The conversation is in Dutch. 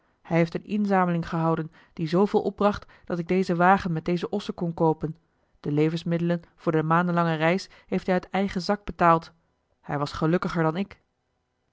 hij heeft eene inzameling gehouden die zooveel opbracht dat ik dezen wagen met deze ossen kon koopen de levensmiddelen voor de maandenlange reis heeft hij uit eigen zak betaald hij was gelukkiger dan ik